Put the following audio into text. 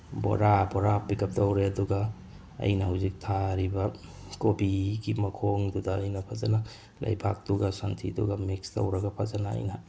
ꯕꯣꯔꯥ ꯕꯣꯔꯥ pick up ꯇꯧꯔꯦ ꯑꯗꯨꯒ ꯑꯩꯅ ꯍꯧꯖꯤꯛ ꯊꯥꯔꯤꯕ ꯀꯣꯕꯤꯒꯤ ꯃꯈꯣꯡꯗꯨꯗ ꯑꯩꯅ ꯐꯖꯅ ꯂꯩꯕꯥꯛꯇꯨꯒ ꯁꯟꯊꯤꯗꯨꯒ ꯃꯤꯛꯁ ꯇꯧꯔꯒ ꯐꯖꯅ ꯑꯩꯅ